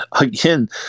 again